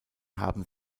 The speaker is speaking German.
haben